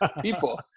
people